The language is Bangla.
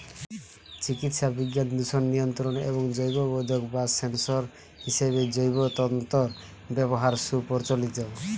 চিকিৎসাবিজ্ঞান, দূষণ নিয়ন্ত্রণ এবং জৈববোধক বা সেন্সর হিসেবে জৈব তন্তুর ব্যবহার সুপ্রচলিত